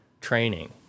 training